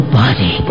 body